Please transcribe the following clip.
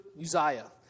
Uzziah